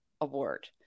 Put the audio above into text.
award